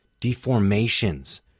deformations